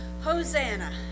Hosanna